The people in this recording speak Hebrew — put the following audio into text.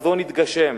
החזון התגשם.